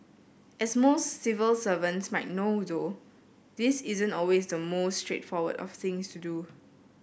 as most civil servants might know though this isn't always the most straightforward of things to do